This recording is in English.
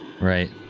Right